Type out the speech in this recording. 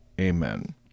Amen